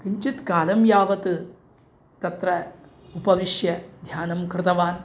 किञ्चित् कालं यावत् तत्र उपविश्य ध्यानं कृतवान्